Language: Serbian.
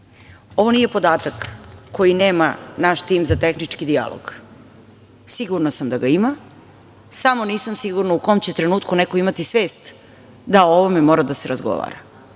Ovo nije podatak koji nema naš tim za tehnički dijalog. Sigurna sam da ga ima, samo nisam sigurna u kom će trenutku neko imati svest da o ovome mora da se razgovara. Sva